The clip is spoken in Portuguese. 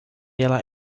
ela